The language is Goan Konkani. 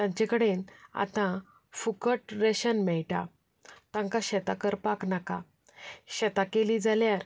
तांचे कडेन आतां फुकट रेशन मेळटा तांकां शेतां करपाक नाका शेतां केलीं जाल्यार